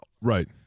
Right